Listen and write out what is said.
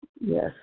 Yes